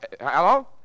Hello